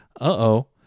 Uh-oh